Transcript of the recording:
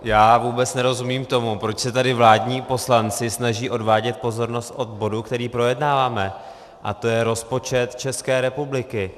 Já vůbec nerozumím tomu, proč se tady vládní poslanci snaží odvádět pozornost od bodu, který projednáváme, a to je rozpočet České republiky.